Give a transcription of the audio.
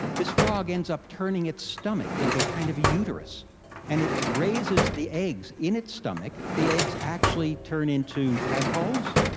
this frog ends up turning its stomach into a kind of a uterus and it raises the eggs in its stomach, the eggs actually turn into tadpoles,